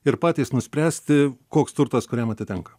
ir patys nuspręsti koks turtas kuriam atitenka